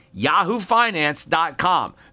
yahoofinance.com